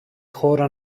χώρα